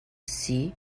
see